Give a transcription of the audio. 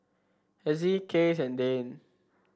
Hezzie Case and Dane